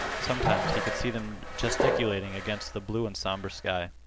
sometimes he could see them gesticulating against the blue and somber sky.